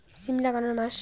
সিম লাগানোর মাস?